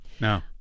No